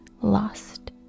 lost